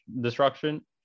destruction